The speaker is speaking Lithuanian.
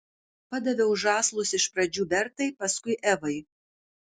padaviau žąslus iš pradžių bertai paskui evai